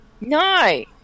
No